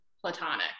platonic